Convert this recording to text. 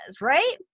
right